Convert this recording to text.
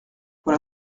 voilà